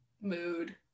Mood